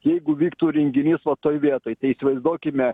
jeigu vyktų renginys va toje vietoj tai įsivaizduokime